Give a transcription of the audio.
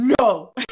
no